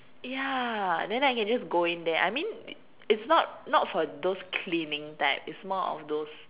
ya then I can just go in there I mean it's not not for those cleaning type it's more of those